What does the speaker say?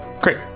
Great